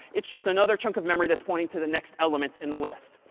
it's just another chunk of memory that's pointing to the next element in the list.